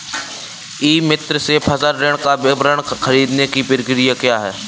ई मित्र से फसल ऋण का विवरण ख़रीदने की प्रक्रिया क्या है?